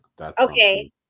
Okay